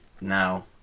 now